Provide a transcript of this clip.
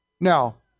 Now